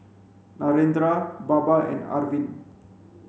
Narendra Baba and Arvind